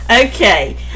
Okay